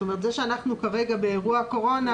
זאת אומרת זה שאנחנו כרגע באירוע קורונה